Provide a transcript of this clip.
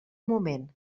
moment